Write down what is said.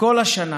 וכל השנה,